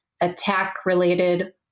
attack-related